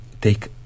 take